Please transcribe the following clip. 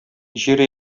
җир